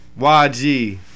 YG